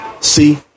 See